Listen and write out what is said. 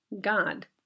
God